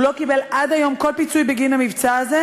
הוא לא קיבל עד היום כל פיצוי בגין המבצע הזה,